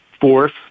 Fourth